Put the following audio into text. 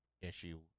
issue